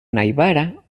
najbara